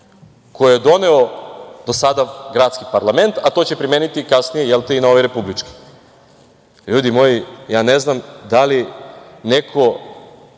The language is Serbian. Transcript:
koje je doneo do sada gradski parlament, a to će primeniti kasnije, jelte, i na ovaj republički. Ljudi moji, ne znam da li neko